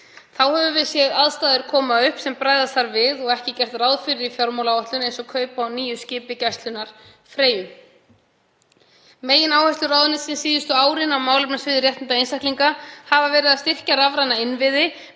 Þá hafa aðstæður komið upp sem bregðast þarf við og er ekki gert ráð fyrir í fjármálaáætlun eins og kaup á nýju skipi Gæslunnar, Freyju. Megináherslur ráðuneytisins síðustu árin á málefnasviði réttinda einstaklinga hafa verið að styrkja rafræna innviði